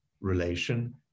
relation